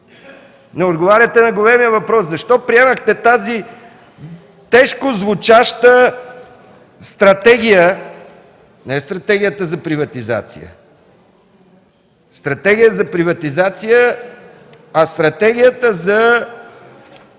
не отговаряте на големия въпрос: защо приемате тази тежко звучаща стратегия, не стратегията за приватизация, а стратегията за развитието